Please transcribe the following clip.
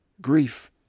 Grief